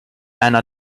einer